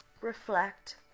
reflect